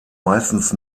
meistens